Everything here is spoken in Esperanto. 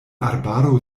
arbaro